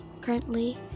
currently